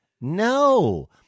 no